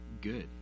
good